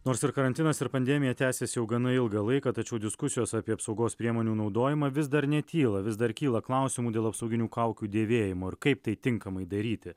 nors ir karantinas ir pandemija tęsiasi jau gana ilgą laiką tačiau diskusijos apie apsaugos priemonių naudojimą vis dar netyla vis dar kyla klausimų dėl apsauginių kaukių dėvėjimo ir kaip tai tinkamai daryti